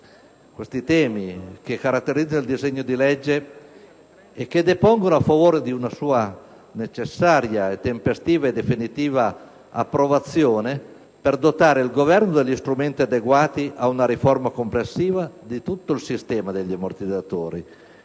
questi temi, caratterizzanti il disegno di legge, depongano a favore di una sua necessaria, tempestiva e definitiva approvazione, per dotare il Governo degli strumenti adeguati a una riforma complessiva di tutto il sistema degli ammortizzatori